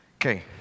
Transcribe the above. Okay